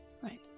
Right